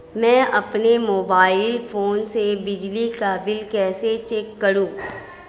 मैं अपने mobile phone से बिजली का बिल कैसे चेक करूं?